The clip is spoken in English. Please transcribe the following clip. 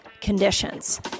conditions